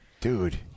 dude